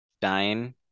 dying